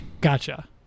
Gotcha